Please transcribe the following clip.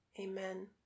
amen